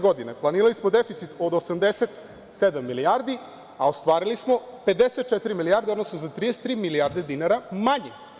Godine 2016. planirali smo deficit od 87 milijardi, a ostvarili smo 54 milijarde, odnosno za 33 milijarde dinara manji.